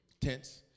tense